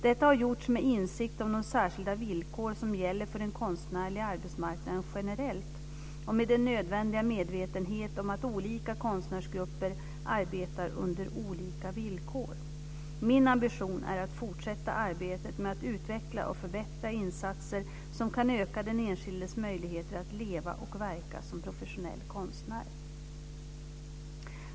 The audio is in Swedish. Detta har gjorts med insikt om de särskilda villkor som gäller för den konstnärliga arbetsmarknaden generellt och med nödvändig medvetenhet om att olika konstnärsgrupper arbetar under olika villkor. Min ambition är att fortsätta arbetet med att utveckla och förbättra insatser som kan öka den enskildes möjligheter att leva och verka som professionell konstnär.